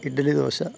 idli dosa